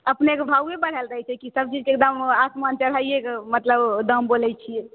अपनेके भावे बढ़ल रहै छै कि सभचीजके दाम आसमान चढ़ैएक मतलब दाम बोलै छियै